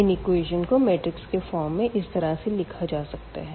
इन equations को matrix के form में इस तरह से लिखा जा सकता है